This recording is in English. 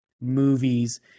movies